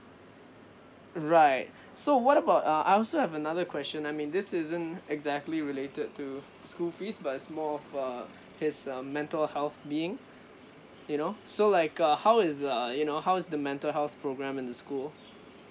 right so what about uh I also have another question I mean this isn't exactly related to school fees but it's more of uh his uh mental health being you know so like uh how is the uh you know how's the mental health program in the school